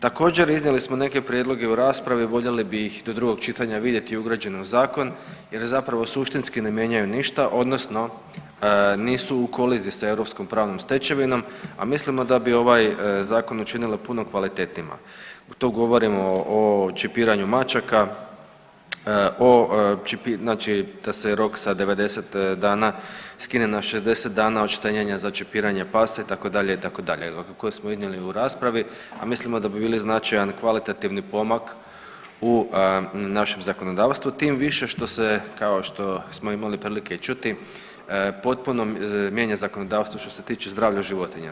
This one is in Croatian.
Također iznijeli smo neke prijedloge u raspravi, voljeli bi ih do drugog čitanja vidjeti ugrađene u zakon jer zapravo suštinski ne mijenjaju ništa odnosno nisu u koliziji sa europskom pravnom stečevinom, a mislimo da bi ovaj zakon učinile puno kvalitetnijima, tu govorimo o čipiranju mačaka, o, znači da se rok sa 90 dana skine na 60 dana od štenjenja za čipiranje pasa itd., itd., koje smo iznijeli u raspravi, a mislimo da bi bili značajan i kvalitativni pomak u našem zakonodavstvu, tim više što se kao što smo imali prilike čuti potpuno mijenja zakonodavstvo što se tiče zdravlja životinja.